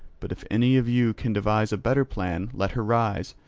but if any of you can devise a better plan let her rise,